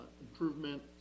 improvement